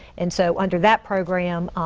and so under that program,